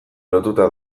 lotuta